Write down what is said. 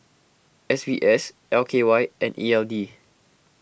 S B S L K Y and E L D